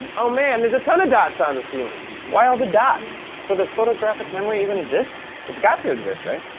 oh, man, there's a ton of dots on the ceiling! why all the dots? so does photographic memory even exist? it's got to exist, right?